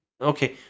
okay